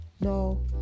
No